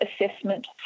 assessment